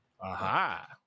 Aha